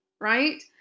Right